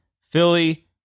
Philly